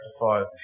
five